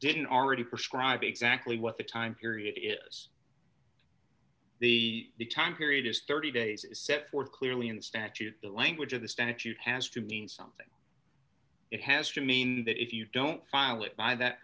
didn't already prescribe exactly what the time period is the the time period is thirty days set forth clearly in the statute the language of the statute has to mean something it has to mean that if you don't file it by that